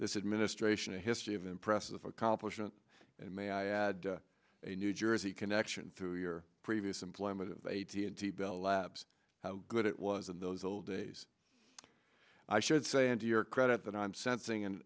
this administration a history of impressive accomplishment and may i add a new jersey connection to your previous employment of eighty and t bell labs how good it was in those old days i should say and to your credit that i'm sensing